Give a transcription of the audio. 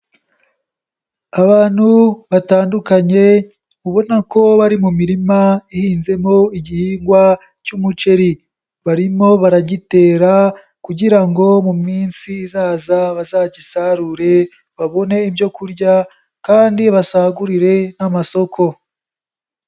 Abantu batandukanye ubona ko bari mu mirima ihinzemo igihingwa cy'umuceri. Barimo baragitera kugira ngo mu minsi izaza bazagisarure babone ibyo kurya kandi basagurire n'amasoko.